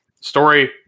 story